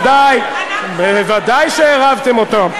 ודאי שעירבתם אותם,